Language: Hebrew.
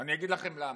אני אגיד לכם למה.